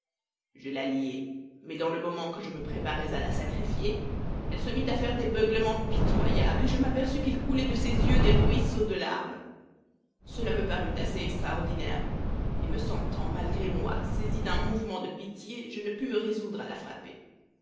je la liai mais dans le moment que je me préparais à la sacrifier elle se mit à faire des beuglements pitoyables et je m'aperçus qu'il coulait de ses yeux des ruisseaux de larmes cela me parut assez extraordinaire et me sentant malgré moi saisi d'un mouvement de pitié je ne pus me résoudre à la frapper